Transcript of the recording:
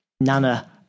Nana